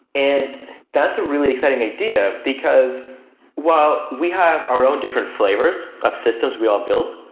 and that's a really exciting idea, because well, we have our own different flavors of systems we all build.